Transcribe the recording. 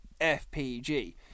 FPG